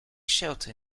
shelter